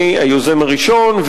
אני היוזם הראשון,